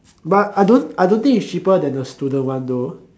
but I don't I don't think is cheaper than the student one though